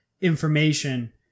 information